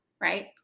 right